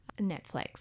Netflix